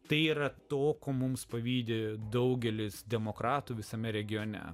tai yra to ko mums pavydi daugelis demokratų visame regione